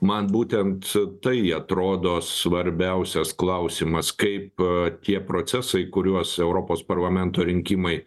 man būtent tai atrodo svarbiausias klausimas kaip tie procesai kuriuos europos parlamento rinkimai